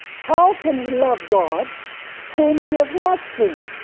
how can he love god whom he has not seen?